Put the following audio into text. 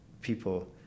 people